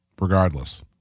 regardless